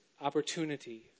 opportunity